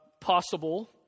possible